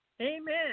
Amen